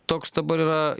toks dabar yra